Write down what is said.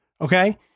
Okay